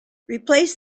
replace